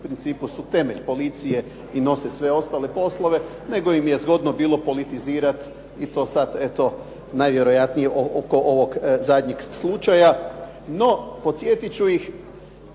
u principu su temelj policije i nose sve ostale poslove, nego im je zgodno bilo politizirati i to sad, eto najvjerojatnije oko ovog zadnjeg slučaja. No podsjetiti ću ih,